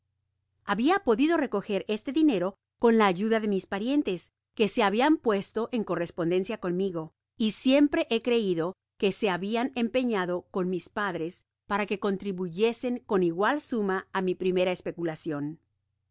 habia podido recoger este dinero con la ayuda de mis parientes que se habian puesto en correspondencia conmigo y siempre he creido que se habian la libra esterlina valia antas del año s francos x ati ahora vals francos y eeníiaaos content from google book search generated at empeñado con mis padres para que contribuyesen con igual suma á mi primera especulacion